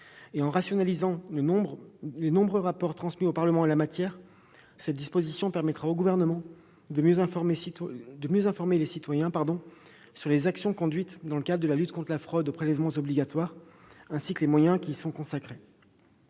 En rationalisant les nombreux rapports transmis au Parlement en la matière, cette disposition permettra au Gouvernement de mieux informer les citoyens sur les actions conduites dans le cadre de la lutte contre la fraude aux prélèvements obligatoires et sur les moyens qui y sont consacrés.